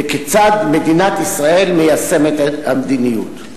וכיצד מדינת ישראל מיישמת את המדיניות.